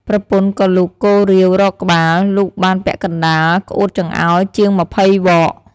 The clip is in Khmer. ប្រពន្ធក៏លូកកូរាវរកក្បាល លូកបានពាក់កណ្ដាលក្អួតចង្អោរជាង២០វក។